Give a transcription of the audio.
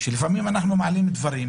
שלפעמים אנחנו מעלים דברים,